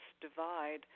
divide